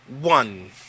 One